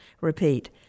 Repeat